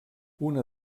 una